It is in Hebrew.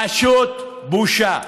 פשוט בושה,